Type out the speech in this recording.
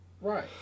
Right